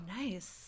Nice